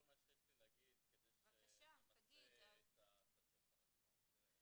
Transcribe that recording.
מה שיש לי להגיד כדי שנמצה את התוכן עצמו.